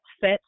set